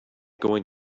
going